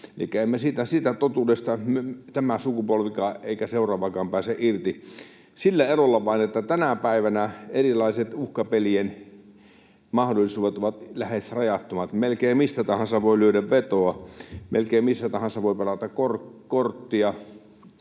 Elikkä ei tämä sukupolvikaan eikä seuraavakaan siitä totuudesta pääse irti. Sillä erolla vain, että tänä päivänä erilaiset uhkapelien mahdollisuudet ovat lähes rajattomat. Melkein mistä tahansa voi lyödä vetoa, melkein missä tahansa voi pelata korttia